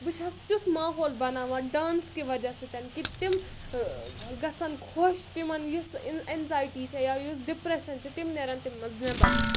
بہٕ چھَس تیُتھ ماحول بَناوان ڈانس کہِ وَجہ سۭتۍ کہِ تِم گَژھن خۄش تِمَن یُس اؠنزایٹی چھےٚ یا یُس ڈِپریشَن چھِ تِم نیران تمہٕ مَنٛز نیٚبَر